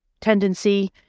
tendency